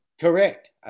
Correct